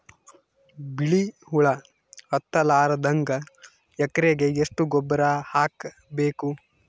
ಬಿಳಿ ಹುಳ ಹತ್ತಲಾರದಂಗ ಎಕರೆಗೆ ಎಷ್ಟು ಗೊಬ್ಬರ ಹಾಕ್ ಬೇಕು?